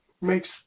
makes